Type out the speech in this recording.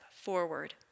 forward